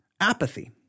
Apathy